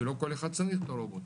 זה לא כל אחד צריך את הרובוט.